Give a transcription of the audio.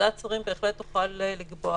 ועדת שרים בהחלט תוכל לקבוע,